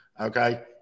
Okay